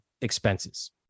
expenses